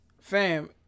fam